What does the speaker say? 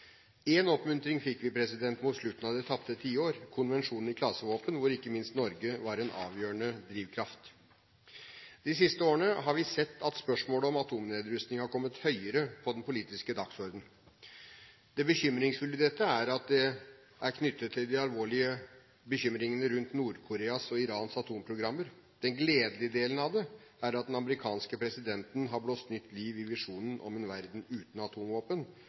oppmuntring fikk vi mot slutten at dette tapte tiår: Konvensjonen om klasevåpen, hvor ikke minst Norge var en avgjørende drivkraft. De siste årene har vi sett at spørsmålet om atomnedrustning har kommet høyere på den politiske dagsordenen. Det bekymringsfulle i dette er knyttet til de alvorlige bekymringene rundt Nord-Koreas og Irans atomprogrammer. Den gledelige delen av det er at den amerikanske presidenten har blåst nytt liv i visjonen om en verden uten atomvåpen,